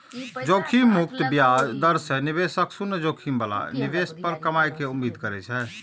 जोखिम मुक्त ब्याज दर मे निवेशक शून्य जोखिम बला निवेश पर कमाइ के उम्मीद करै छै